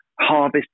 harvest